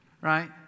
right